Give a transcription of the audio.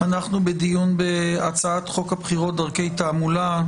אנחנו בדיון בהצעת חוק הבחירות (דרכי תעמולה)